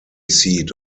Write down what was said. seat